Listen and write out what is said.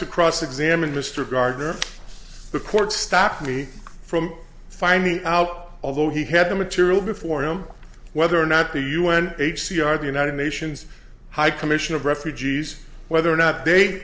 to cross examine mr gardiner the court stopped me from finding out although he had the material before him whether or not the u n h c r the united nations high commission of refugees whether or not they